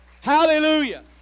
Hallelujah